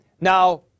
Now